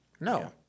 No